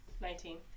Nineteen